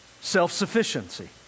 Self-sufficiency